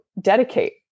dedicate